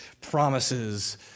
promises